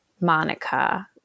monica